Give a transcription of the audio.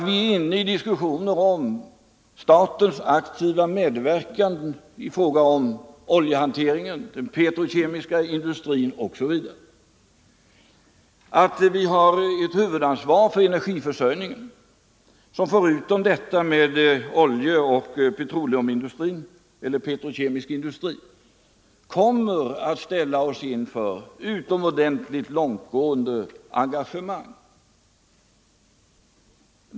Vi för också diskussioner om statens aktiva medverkan i oljehanteringen, den petrokemiska industrin osv. Vi har ett huvudansvar för energiförsörjningen, som förutom vår medverkan i oljeindustrin och den petrokemiska industrin också kommer att ställa oss inför andra utomordentligt långtgående engagemang.